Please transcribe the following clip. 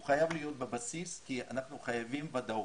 הוא חייב להיות בבסיס, כי אנחנו חייבים ודאות.